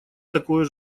такое